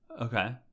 Okay